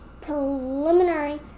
preliminary